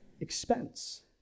Expense